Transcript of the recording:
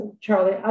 Charlie